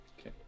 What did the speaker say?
okay